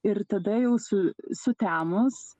ir tada jau su sutemus